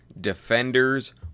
Defenders